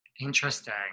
Interesting